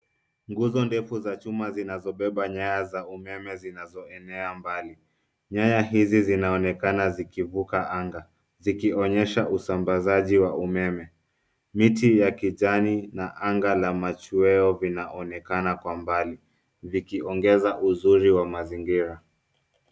Nguzo ndefu za chuma zinazobeba nyanya za umeme zinazoenea mbali. Nyaya hizi zinaonekana zikivuka anga zikionyesha usambazaji wa umeme. Miti ya kijani na anga la machweo vinaonekana kwa mbali zikiongeza uzuri wa mazingira.